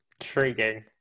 intriguing